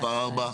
הצבעה בעד,